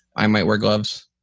i might wear gloves,